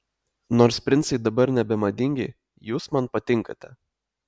nors princai dabar nebemadingi jūs man patinkate